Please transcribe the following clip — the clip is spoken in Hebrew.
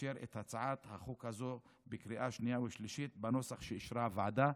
לאשר את הצעת החוק הזאת בקריאה שנייה ושלישית בנוסח שאישרה הוועדה.